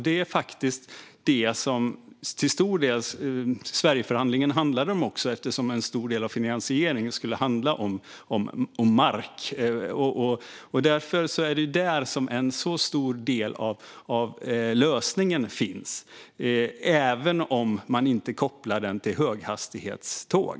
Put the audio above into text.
Det var faktiskt till stor del det som Sverigeförhandlingen handlade om eftersom en stor del av finansieringen skulle handla om mark. Därför är det där som en så stor del av lösningen finns - även om man inte kopplar den till höghastighetståg.